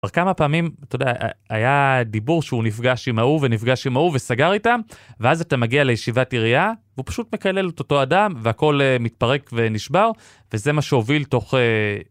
כמה פעמים, אתה יודע, היה דיבור שהוא נפגש עם ההוא, ונפגש עם ההוא, וסגר איתם, ואז אתה מגיע לישיבת עירייה, והוא פשוט מקלל את אותו אדם, והכול מתפרק ונשבר, וזה מה שהוביל תוך...